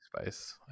spice